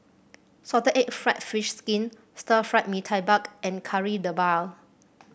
Salted Egg fried fish skin Stir Fried Mee Tai Mak and Kari Debal